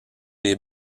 les